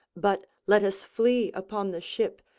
but let us flee upon the ship,